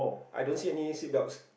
I don't see any seat belts